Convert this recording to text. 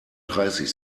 dreißig